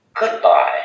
Goodbye